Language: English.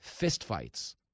fistfights